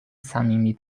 صمیمی